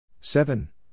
Seven